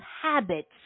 habits